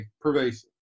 pervasive